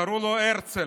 קראו לו הרצל.